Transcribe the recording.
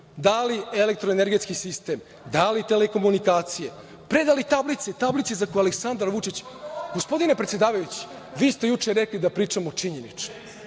Dali elektroenergetski sistem, dali telekomunikacije, predali tablice, tablice za koje je Aleksandar Vučić…Gospodine predsedavajući, vi ste juče rekli da pričamo činjenično.